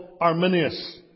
Arminius